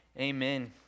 amen